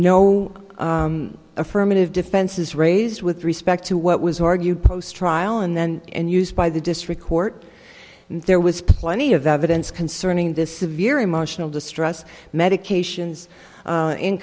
no affirmative defenses raised with respect to what was argued post trial and then and used by the district court there was plenty of evidence concerning the severe emotional distress medications